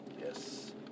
Yes